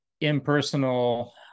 impersonal